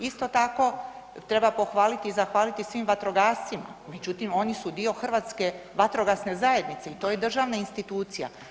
Isto tako treba pohvaliti i zahvaliti svim vatrogascima međutim oni su dio hrvatske vatrogasne zajednice i to je državna institucija.